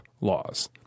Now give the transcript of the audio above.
laws